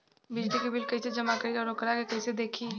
बिजली के बिल कइसे जमा करी और वोकरा के कइसे देखी?